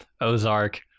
Ozark